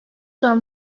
sonra